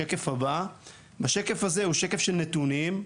השקף הזה הוא שקף של נתונים.